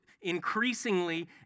increasingly